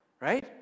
right